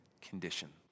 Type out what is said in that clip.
condition